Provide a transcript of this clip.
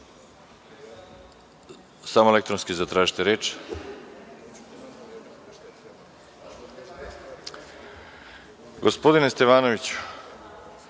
elektronski zatražite reč. Gospodine Stevanoviću,